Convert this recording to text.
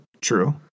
True